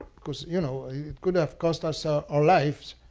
because you know it could have cost us ah our lives,